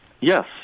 Yes